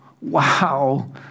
wow